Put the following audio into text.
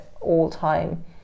all-time